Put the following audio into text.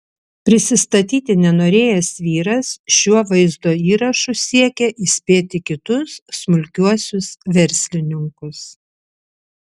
prisistatyti nenorėjęs vyras šiuo vaizdo įrašu siekia įspėti kitus smulkiuosius verslininkus